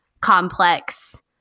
complex